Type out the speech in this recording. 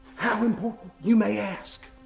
how important you may ask?